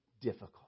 difficult